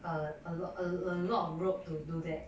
err a lot a a a lot of rope to do that